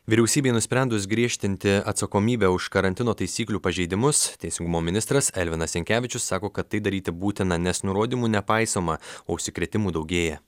vyriausybei nusprendus griežtinti atsakomybę už karantino taisyklių pažeidimus teisingumo ministras elvinas jankevičius sako kad tai daryti būtina nes nurodymų nepaisoma o užsikrėtimų daugėja